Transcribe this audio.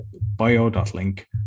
bio.link